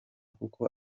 kuko